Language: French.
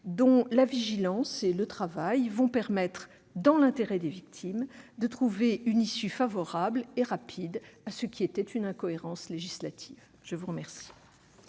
dont la vigilance et le travail permettront, dans l'intérêt des victimes, de trouver une issue favorable et rapide à ce qui était une incohérence législative. La parole